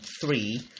three